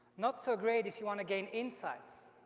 not so great if you want to gain insights.